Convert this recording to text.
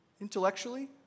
intellectually